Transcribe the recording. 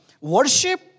worship